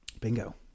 Bingo